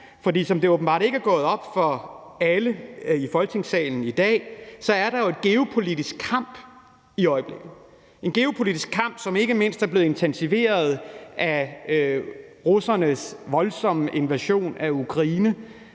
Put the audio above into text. For som det åbenbart ikke er gået op for alle i Folketingssalen i dag, er der jo en geopolitisk kamp i øjeblikket. Det er en geopolitisk kamp, som ikke mindst er blevet intensiveret af russernes voldsomme invasion af Ukraine,